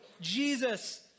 Jesus